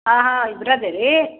ಹಾಂ ಹಾಂ ಇಬ್ರು ಇದೇರ್ ರೀ